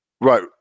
Right